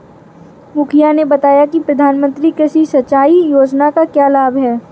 मुखिया ने बताया कि प्रधानमंत्री कृषि सिंचाई योजना का क्या लाभ है?